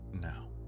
now